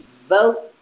vote